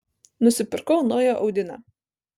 nusipirkau naują audinę